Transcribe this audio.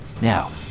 Now